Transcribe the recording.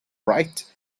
right